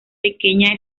pequeña